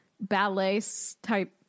ballet-type